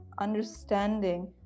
understanding